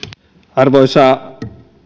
arvoisa